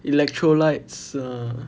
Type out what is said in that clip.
electrolytes uh